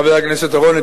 חבר הכנסת אורון,